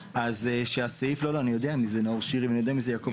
לא לא אני יודע מי זה נאור שירי ואני יודע מי זה יעקב